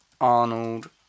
Arnold